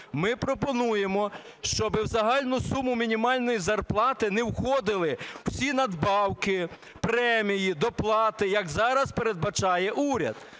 Ми пропонуємо, щоби в загальну суму мінімальної зарплати не входили всі надбавки, премії, доплати, як зараз передбачає уряд.